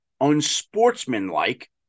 unsportsmanlike